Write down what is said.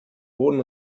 boden